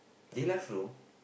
deluxe room